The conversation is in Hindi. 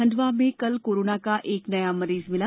खंडवा में कल कोरोना का एक नया मरीज मिला